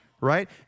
right